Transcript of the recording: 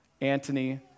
Antony